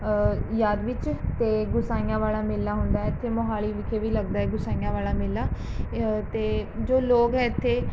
ਯਾਦ ਵਿੱਚ ਅਤੇ ਗੋਸਾਈਆਂ ਵਾਲਾ ਮੇਲਾ ਹੁੰਦਾ ਇੱਥੇ ਮੋਹਾਲੀ ਵਿਖੇ ਵੀ ਲੱਗਦਾ ਗੋਸਾਈਆਂ ਵਾਲਾ ਮੇਲਾ ਅਤੇ ਜੋ ਲੋਕ ਇੱਥੇ